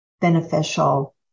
beneficial